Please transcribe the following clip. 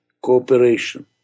cooperation